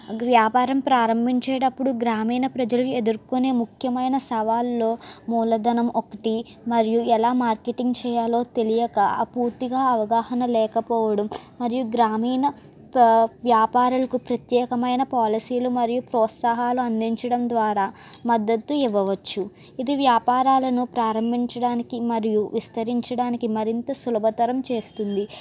వ్యాపారం ప్రారంభించేటప్పుడు గ్రామీణ ప్రజలు ఎదుర్కొనే ముఖ్యమైన సవాల్లో మూలధనం ఒకటి మరియు ఎలా మార్కెటింగ్ చేయాలో తెలియక పూర్తిగా అవగాహన లేకపోవడం మరియు గ్రామీణ వ్యాపారాలకు ప్రత్యేకమైన పాలసీలు మరియు ప్రోత్సాహాలు అందించడం ద్వారా మద్దతు ఇవ్వవచ్చు ఇది వ్యాపారాలను ప్రారంభించడానికి మరియు విస్తరించడానికి మరింత సులభతరం చేస్తుంది